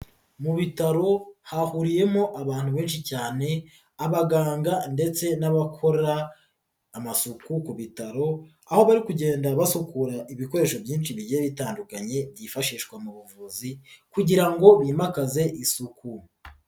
Mu bitaro hahuriyemo abantu benshi cyane, abaganga ndetse n'abakora amasuku ku bitaro, aho bari kugenda basukura ibikoresho byinshi bigiye bitandukanye byifashishwa mu buvuzi kugira ngo bimakaze isuku.